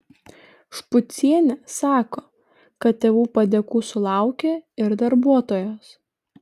špucienė sako kad tėvų padėkų sulaukia ir darbuotojos